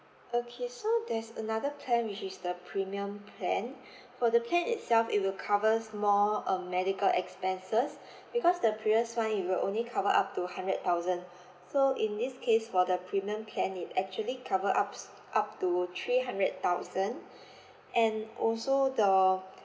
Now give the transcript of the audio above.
okay so there's another plan which is the premium plan for the plan itself it will covers more(um) medical expenses because the previous one it will only cover up to hundred thousand so in this case for the premium plan it actually cover ups up to three hundred thousand and also the